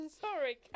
Sorry